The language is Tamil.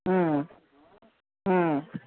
ம் ம்